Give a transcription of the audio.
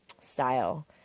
style